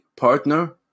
Partner